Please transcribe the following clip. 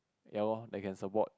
ya loh they can support